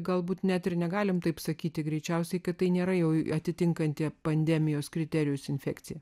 galbūt net ir negalime taip sakyti greičiausiai kad tai nėra jau atitinkanti pandemijos kriterijus infekcija